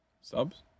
Subs